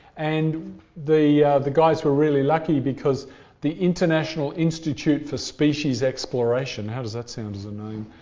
and the the guys were really lucky because the international institute for species exploration how does that sound as a name?